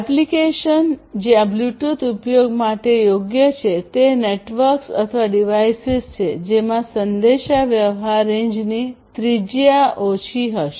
application જ્યાં Bluetooth ઉપયોગ માટે યોગ્ય છે તે નેટવર્ક્સ અથવા ડિવાઇસીસ છે જેમાં સંદેશાવ્યવહાર રેન્જની ત્રિજ્યા ઓછી હશે